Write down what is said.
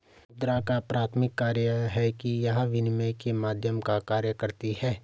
मुद्रा का प्राथमिक कार्य यह है कि यह विनिमय के माध्यम का कार्य करती है